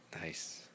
Nice